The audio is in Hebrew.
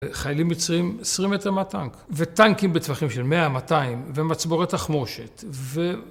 חיילים מצרים 20 מטר מהטנק וטנקים בטווחים של 100-200, ומצבורי תחמושת